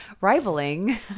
Rivaling